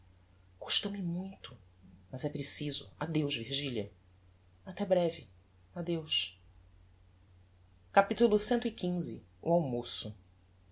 custa-me muito mas é preciso adeus virgilia até breve adeus capitulo cxv o almoço